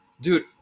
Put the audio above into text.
Dude